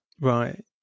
Right